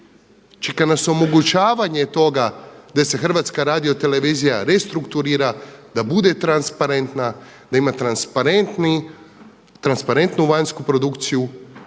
čeka nas omogućavanje toga da se HRT restrukturira, da bude transparentna, da ima transparentnu vanjsku produkciju,